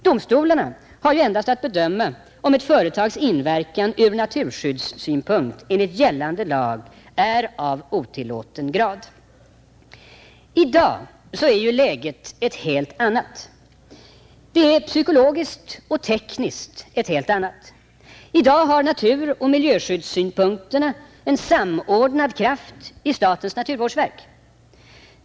Domstolarna har ju endast att bedöma om ett företags inverkan ur naturskyddssynpunkt enligt gällande lag är av otillåten grad. I dag är läget ett helt annat. Det är psykologiskt och tekniskt ett helt annat. I dag har naturoch miljöskyddssynpunkterna en samordnad kraft i statens naturvårdsverk.